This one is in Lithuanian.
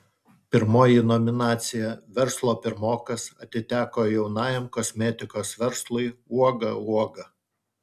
pirmoji nominacija verslo pirmokas atiteko jaunajam kosmetikos verslui uoga uoga